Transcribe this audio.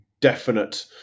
definite